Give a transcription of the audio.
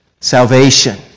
salvation